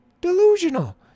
delusional